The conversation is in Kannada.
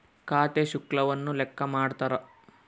ಖಾತೆ ಶುಲ್ಕವನ್ನು ಲೆಕ್ಕ ಮಾಡ್ತಾರ